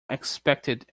expected